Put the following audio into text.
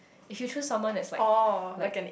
if you choose someone that's like like